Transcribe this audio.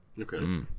Okay